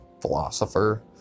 philosopher